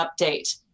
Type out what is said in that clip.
update